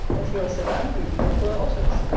that you are so angry with the poor otters?